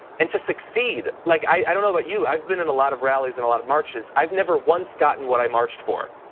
and to succeed, like i don't know about you, i've been in a lot of rallies and a lot of marches. i've never once gotten what i marched for.